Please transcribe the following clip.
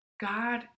God